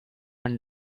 and